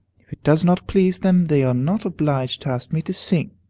if it does not please them, they are not obliged to ask me to sing.